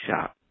shop